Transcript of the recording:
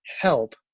help